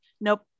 Nope